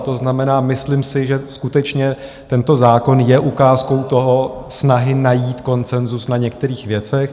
To znamená, myslím si, že skutečně tento zákon je ukázkou snahy najít konsenzus na některých věcech.